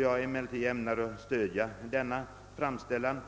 Jag ber emellertid att